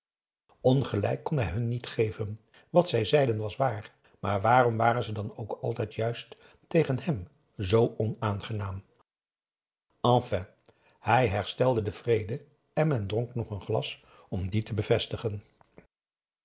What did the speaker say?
ongelijk kon hij hun niet geven wat zij zeiden was p a daum hoe hij raad van indië werd onder ps maurits waar maar waarom waren ze dan ook altijd juist tegen hem zoo onaangenaam enfin hij herstelde den vrede en men dronk nog een glas om dien te bevestigen